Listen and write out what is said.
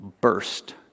burst